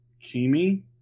Kimi